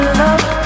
love